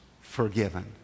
forgiven